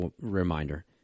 reminder